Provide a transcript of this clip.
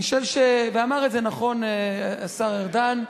אני חושב, ואמר את זה נכון השר ארדן,